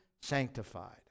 sanctified